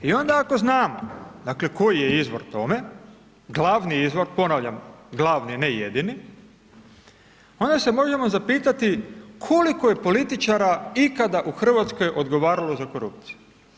I onda ako znamo dakle koji je izvor tome, glavni izvor, ponavljam, glavni, ne jedini, onda se možemo zapitati koliko je političara ikada u Hrvatskoj odgovaralo za korupciju?